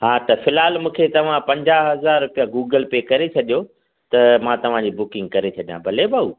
हा त फ़िलहालु मूंखे तव्हां पंजाह हज़ार रुपिया गूगल पे करे छॾियो त मां तव्हां जी बुकींग करे छॾियां भले भाऊ